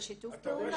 זה שיתוף פעולה.